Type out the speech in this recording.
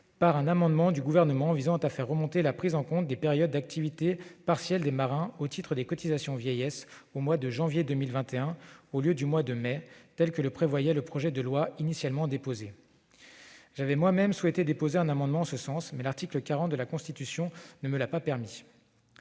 par un amendement du Gouvernement visant à faire remonter la prise en compte des périodes d'activité partielle des marins au titre des cotisations vieillesse au mois de janvier 2021, au lieu du mois de mai, tel que le prévoyait le projet de loi initialement déposé. J'avais moi-même souhaité déposer un amendement en ce sens, mais l'article 40 de la Constitution ne me l'a pas permis.